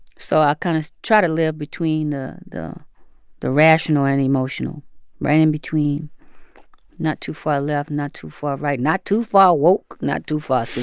so i kind of try to live between the the rational and emotional right in between not too far left, not too far right, not too far woke, not too far so